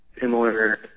similar